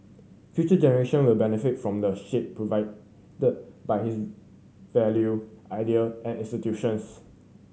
future generation will benefit from the shade provided by his value idea and institutions